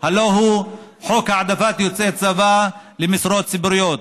הלוא הוא חוק העדפת יוצאי צבא למשרות ציבוריות,